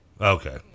Okay